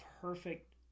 perfect